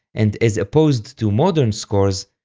and as opposed to modern scores,